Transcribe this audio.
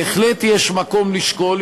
בהחלט יש מקום לשקול,